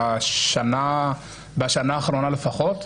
בשנה האחרונה לפחות?